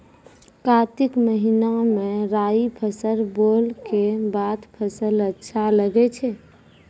कार्तिक महीना मे राई फसल बोलऽ के बाद फसल अच्छा लगे छै